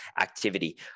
activity